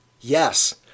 Yes